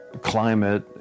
climate